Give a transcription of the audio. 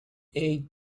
eight